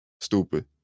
stupid